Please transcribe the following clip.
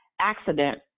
accident